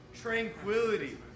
tranquility